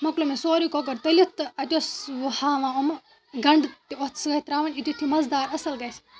مَکلو مےٚ سورٕے کۄکُر تٔلِتھ تہٕ اَتہِ اوس وۄنۍ ہاوان یِمہٕ گَنٛڈٕ تہِ اَتھ سۭتۍ ترٛاوٕنۍ یُتھ یُتھ یہِ مَزٕ دار اَصٕل گژھِ